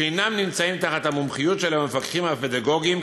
שאינם נמצאים תחת המומחיות של המפקחים הפדגוגיים.